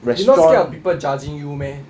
you not scared of people judging you meh